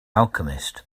alchemist